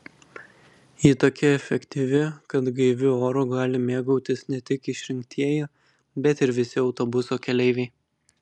ji tokia efektyvi kad gaiviu oru gali mėgautis ne tik išrinktieji bet ir visi autobuso keleiviai